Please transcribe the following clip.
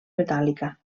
metàl·lica